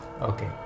Okay